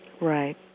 Right